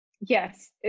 Yes